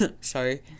sorry